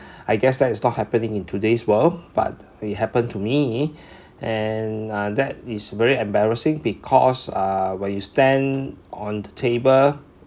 I guess that is not happening in today's world but it happened to me and uh that is very embarrassing because uh when you stand on the table